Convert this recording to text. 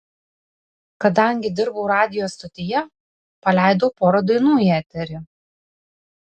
kadangi dirbau radijo stotyje paleidau porą dainų į eterį